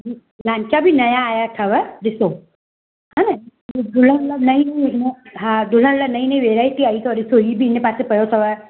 हम्म लांचा बि नया आया अथव ॾिसो हां घणो हा दुल्हन लाइ नई नई वराईटी आई अथव ॾिसो ही बि हिन पासे पयो अथव